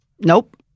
nope